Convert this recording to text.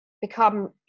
become